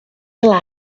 july